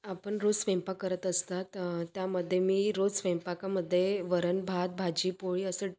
आपण रोज स्वयंपाक करत असतात त्यामध्ये मी रोज स्वयंपाकामध्ये वरण भात भाजी पोळी असं